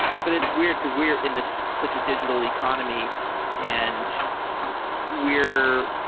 but it's weird, because we are in this such a digital economy and we're,